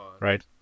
right